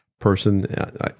Person